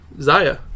Zaya